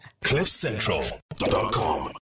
Cliffcentral.com